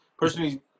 personally